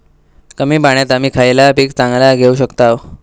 कमी पाण्यात आम्ही खयला पीक चांगला घेव शकताव?